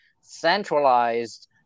centralized